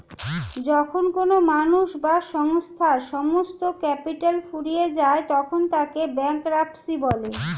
যখন কোনো মানুষ বা সংস্থার সমস্ত ক্যাপিটাল ফুরিয়ে যায় তখন তাকে ব্যাঙ্করাপ্সি বলে